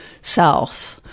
self